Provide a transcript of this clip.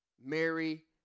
Mary